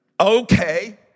Okay